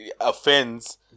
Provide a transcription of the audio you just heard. offends